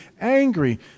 angry